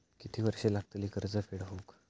किती वर्षे लागतली कर्ज फेड होऊक?